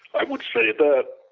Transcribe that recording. i would say that